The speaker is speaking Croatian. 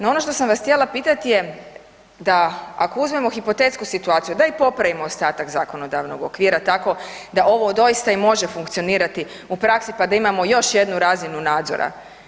No, ono što sam vas htjela pitati je da ako uzmemo hipotetsku situaciju da i popravimo ostatak zakonodavnog okvira tako da ovo doista i može funkcionirati u praksi pa da imamo još jednu razinu nadzora.